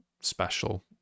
special